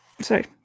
sorry